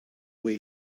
way